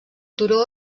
turó